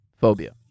phobia